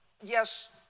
yes